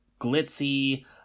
glitzy